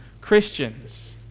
Christians